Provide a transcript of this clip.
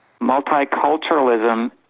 multiculturalism